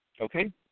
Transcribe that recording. Okay